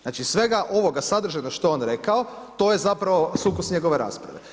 Znači, svega ovoga sadržajnog što je on rekao, to je zapravo sukus njegove rasprave.